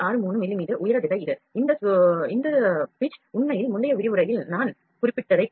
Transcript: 63 mm உயர திசை இது இந்த சுருதி உண்மையில் முந்தைய விரிவுரையில் நான் குறிப்பிட்டதைப்போல